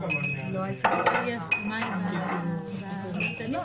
אני מתקשה לראות איך קובעים את אפקטיביות